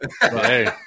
Hey